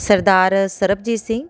Sardar Sarabjit Singh